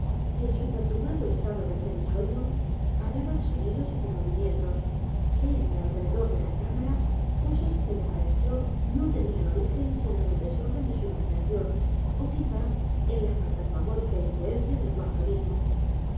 y en su perturbado estado de semi sueño hablaba de sonidos y de movimientos en y alrededor de la cámara cosas que m e pareció no tenían origen sino en el desorden de su ligeia imaginación ó quizá en la fantasmagórica influencia del cuarto mismo